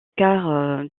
quart